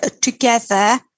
together